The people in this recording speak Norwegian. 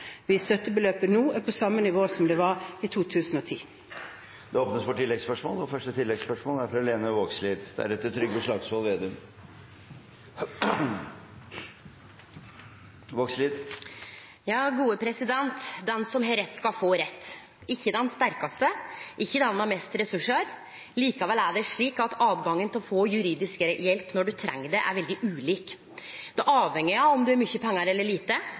på samme nivå som det var i 2010. Det blir oppfølgingsspørsmål – først Lene Vågslid. Den som har rett, skal få rett – ikkje den sterkaste, ikkje den med mest ressursar. Likevel er det slik at tilgangen til å få juridisk hjelp når ein treng det, er veldig ulik. Det avheng av om ein har mykje eller lite